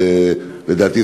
לדעתי,